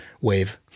wave